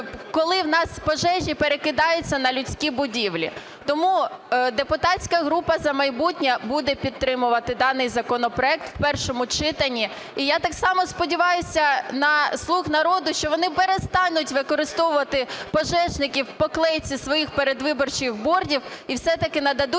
коли у нас пожежі перекидаються на людські будівлі. Тому депутатська група "За майбутнє" буде підтримувати даний законопроект в першому читанні. І я так само сподіваюся на "слуг народу", що вони перестануть використовувати пожежників по клейці своїх передвиборчих бордів і все-таки нададуть